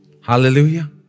Hallelujah